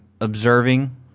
observing